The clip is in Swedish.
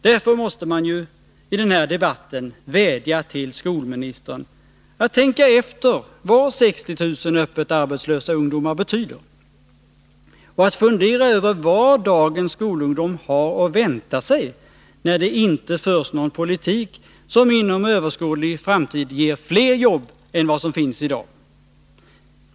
Därför måste man ju i den här debatten vädja till skolministern att tänka efter vad 60 000 öppet arbetslösa ungdomar betyder och att fundera över vad dagens skolungdom har att vänta sig, när det inte förs någon politik som inom överskådlig framtid ger flera jobb än vad som finns i dag.